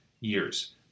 years